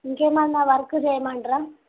ఇంకేమన్నా వర్క్ చేయమంటారా